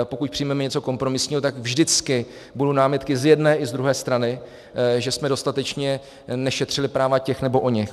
Pokud přijmeme něco kompromisního, tak vždycky budou námitky z jedné i druhé strany, že jsme dostatečně nešetřili práva těch nebo oněch.